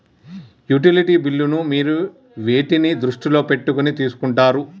Utility బిల్లులను మీరు వేటిని దృష్టిలో పెట్టుకొని తీసుకుంటారు?